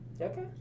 Okay